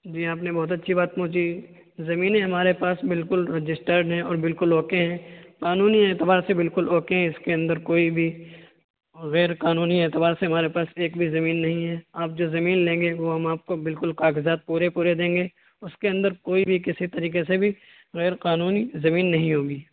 جی آپ نے بہت اچھی بات پوچھی زمینیں ہمارے پاس بالکل رجسٹرڈ ہیں اور بالکل اوکے ہیں قانونی اعتبار سے بالکل اوکے ہے اس کے اندر کوئی بھی غیر قانونی اعتبار سے ہمارے پاس ایک بھی زمین نہیں ہے آپ جو زمین لیں گے وہ ہم آپ کو بالکل کاغذات پورے پورے دیں گے اس کے اندر کوئی بھی کسی طریقے سے بھی غیر قانونی زمین نہیں ہوگی